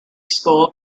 school